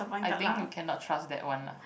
I think you cannot trust that one lah